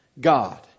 God